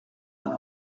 and